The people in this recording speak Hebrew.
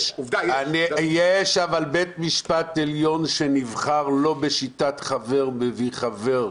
יש אבל בית משפט עליון שנבחר לא בשיטת חבר מביא חבר,